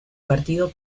partido